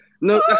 No